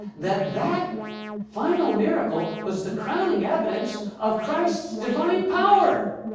that that final miracle was the crowning evidence of christ's divine power.